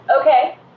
Okay